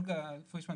-- פרמדיקים